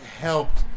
helped